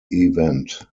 event